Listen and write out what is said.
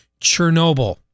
Chernobyl